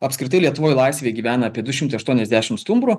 apskritai lietuvoj laisvėj gyvena apie du šimtai aštuoniasdešim stumbrų